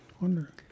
wonder